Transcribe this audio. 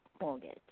mortgage